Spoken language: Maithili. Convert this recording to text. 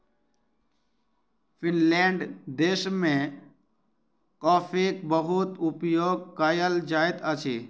फ़िनलैंड देश में कॉफ़ीक बहुत उपयोग कयल जाइत अछि